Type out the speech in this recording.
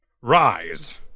Rise